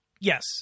yes